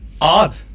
Odd